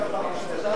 80 לא נתקבלה.